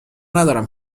ندارم